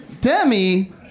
Demi